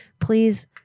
please